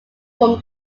from